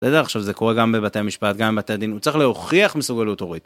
עכשיו זה קורה גם בבתי משפט, גם בבתי הדין, הוא צריך להוכיח מסוגלות הורית.